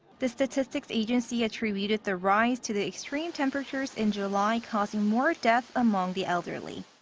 the statistics agency attributed the rise to the extreme temperatures in july causing more deaths among the elderly.